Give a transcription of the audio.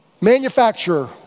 manufacturer